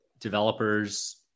developers